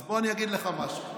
אז בוא אני אגיד לך משהו,